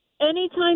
anytime